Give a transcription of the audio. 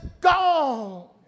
gone